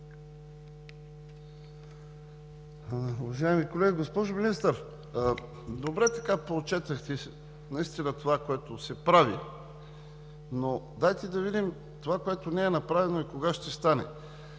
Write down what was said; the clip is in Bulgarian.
Уважаеми колеги! Госпожо Министър, добре поотчетохте наистина това, което се прави, но дайте да видим това, което не е направено, кога ще стане.